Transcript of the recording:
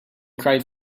cried